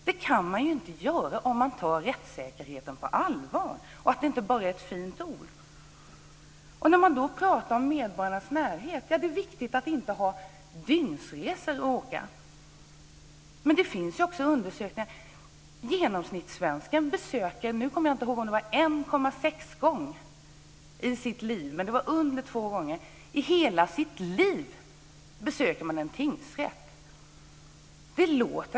Det kan man inte göra om man tar rättssäkerheten på allvar så att det inte bara är ett fint ord. Man talar om närhet till medborgarna och säger att det är viktigt att de inte har dygnsresor att åka. Men det finns undersökningar som visar att genomsnittssvensken besöker 1,6 gånger, under två gånger, i hela sitt liv en tingsrätt.